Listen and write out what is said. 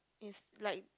is like